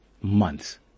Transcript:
months